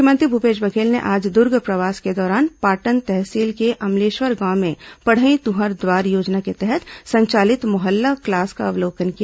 मुख्यमंत्री भूपेश बघेल ने आज दुर्ग प्रवास के दौरान पाटन तहसील के अमलेश्वर गांव में पढ़ई तुहंर दुआर योजना के तहत संचालित मोहल्ला क्लास का अवलोकन किया